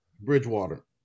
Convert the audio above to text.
bridgewater